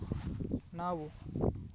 ನಾವು